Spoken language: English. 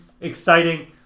exciting